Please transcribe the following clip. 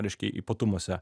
reiškia ypatumuose